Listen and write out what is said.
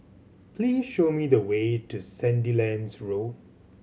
please show me the way to Sandilands Road